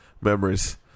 memories